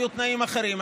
היו תנאים אחרים,